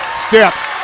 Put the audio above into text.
Steps